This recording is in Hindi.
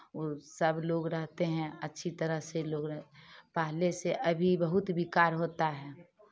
सब लोग रहते हैं अच्छी तरह से लोग पहले से अभी बहुत विकार होता है